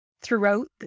throughout